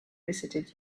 visited